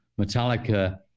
Metallica